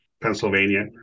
Pennsylvania